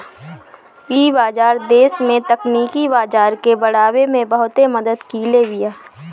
इ बाजार देस में तकनीकी बाजार के बढ़ावे में बहुते मदद कईले बिया